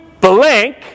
blank